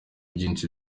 byinshi